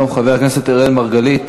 אינו נוכח, חבר הכנסת אראל מרגלית,